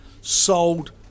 sold